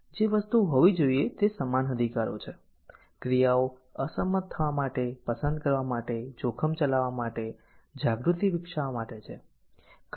જે વસ્તુઓ હોવી જોઈએ તે સમાન અધિકારો છે ક્રિયાઓ અસંમત થવા માટે પસંદ કરવા માટે જોખમ ચલાવવા માટે જાગૃતિ વિકસાવવા માટે છે